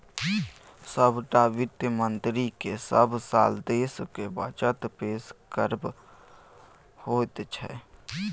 सभटा वित्त मन्त्रीकेँ सभ साल देशक बजट पेश करब होइत छै